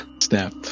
Snap